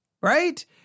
Right